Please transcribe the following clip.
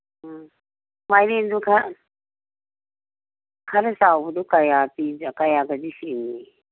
ꯎꯝ ꯃꯥꯏꯔꯦꯟꯁꯨ ꯈꯔ ꯈꯔ ꯆꯥꯎꯕꯗꯨ ꯀꯌꯥ ꯀꯌꯥꯒꯗꯤ ꯆꯤꯡꯉꯤ